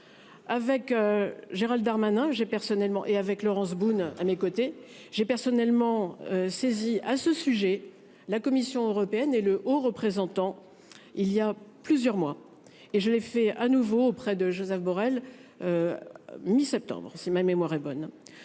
personnellement et avec Laurence Boone. À mes côtés, j'ai personnellement saisi à ce sujet. La Commission européenne et le haut représentant. Il y a plusieurs mois et je l'ai fait à nouveau auprès de Josep Borrell. Mi-septembre, si ma mémoire est bonne.